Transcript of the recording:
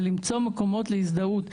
ולמצוא מקומות להזדהות.